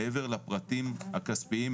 מעבר לפרטים הכספיים,